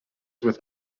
with